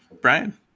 Brian